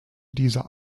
dieser